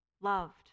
loved